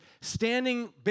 standing